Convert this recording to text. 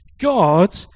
God